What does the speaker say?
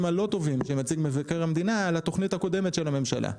הלא טובים שמציג מבקר המדינה על התכנית הקודמת של הממשלה,